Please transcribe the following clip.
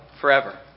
forever